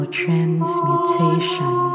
transmutation